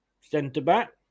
centre-back